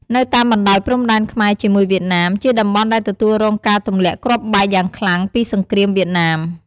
នៅតាមបណ្តោយព្រំដែនខ្មែរជាមួយវៀតណាម ជាតំបន់ដែលទទួលរងការទម្លាក់គ្រាប់បែកយ៉ាងខ្លាំងពីសង្គ្រាមវៀតណាម។